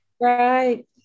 Right